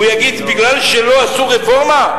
והוא יגיד: בגלל שלא עשו רפורמה?